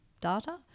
data